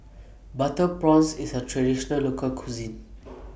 Butter Prawns IS A Traditional Local Cuisine